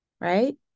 Right